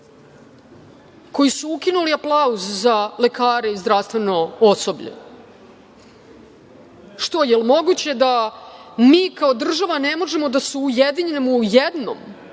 koji su ukinuli aplauz za lekare i zdravstveno osoblje. Što, da li je moguće da mi kao država ne možemo da se ujedinimo u jednom,